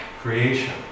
creation